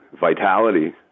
vitality